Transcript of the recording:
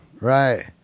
right